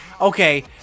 Okay